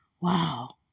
Wow